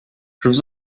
vous